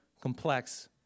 complex